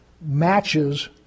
matches